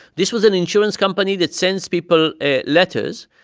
this was an insurance company that sends people letters.